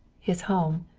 his home.